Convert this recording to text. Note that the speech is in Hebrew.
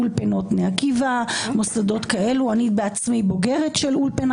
אולפנות בני עקיבא אני בעצמי בוגרת של אולפנה